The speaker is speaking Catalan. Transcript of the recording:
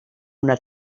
una